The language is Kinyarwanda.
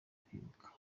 kwibuka